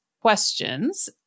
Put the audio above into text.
questions